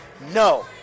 No